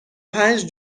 پنج